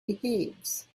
behaves